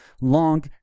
long